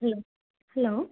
hello hello